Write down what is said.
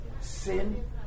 sin